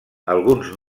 alguns